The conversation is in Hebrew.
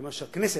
כי הכנסת,